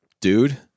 dude